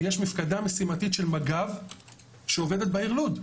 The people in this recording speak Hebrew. יש מפקדה משימתית של מג"ב שעובדת בעיר לוד,